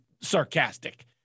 sarcastic